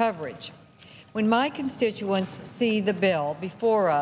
coverage when my constituents see the bill before